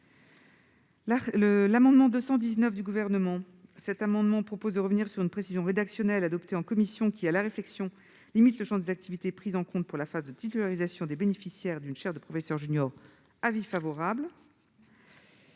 L'amendement n° 219 du Gouvernement vise à revenir sur une précision rédactionnelle adoptée en commission, qui, à la réflexion, limite le champ des activités prises en compte pour la phase de titularisation des bénéficiaires d'une chaire de professeur junior : j'émets un avis favorable.